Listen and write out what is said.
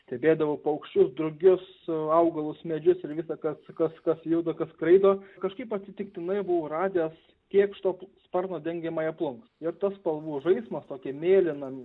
stebėdavau paukščius drugius augalus medžius ir visa kas kas kas juda kas skraido kažkaip atsitiktinai buvau radęs kėkšto sparno dengiamąją plunksną ir tas spalvų žaismas tokia mėlyna